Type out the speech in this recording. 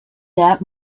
that